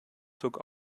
zog